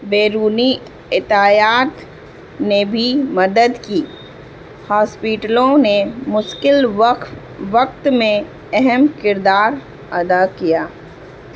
بیرونی عطیات نے بھی مدد کی ہاسپیٹلوں نے مشکل وقف وقت میں اہم کردار ادا کیا